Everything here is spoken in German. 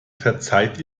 verzeiht